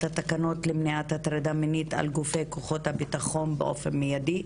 התקנות למניעת הטרדה מינית על גופי כוחות הביטחון באופן מיידי,